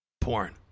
porn